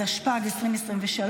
התשפ"ג 2023,